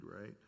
right